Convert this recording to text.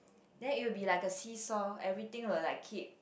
then it will be like a seesaw everything will like keep